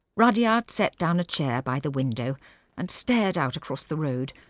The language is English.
rudyard set down a chair by the window and stared out across the road,